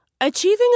Achieving